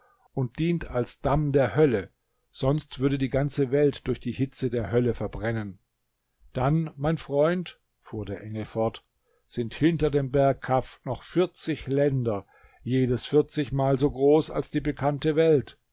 und dient als damm der hölle sonst würde die ganze welt durch die hitze der hölle verbrennen dann mein freund fuhr der engel fort sind hinter dem berg kaf noch vierzig länder jedes vierzigmal so groß als die bekannte welt